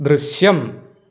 ദൃശ്യം